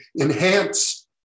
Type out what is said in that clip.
enhance